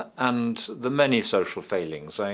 and the many social failings. i mean